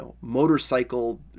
motorcycle